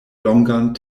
longan